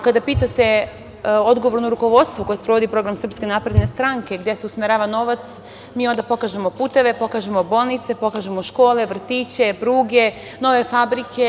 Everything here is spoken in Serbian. Kada pitate odgovorno rukovodstvo koje sprovodi program SNS gde se usmerava novac, mi onda pokažemo puteve, pokažemo bolnice, pokažemo škole, vrtiće, pruge, nove fabrike.